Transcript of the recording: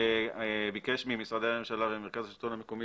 ביקש ממשרדי הממשלה וממרכז השלטון המקומי